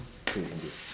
to India